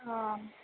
हा